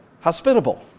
hospitable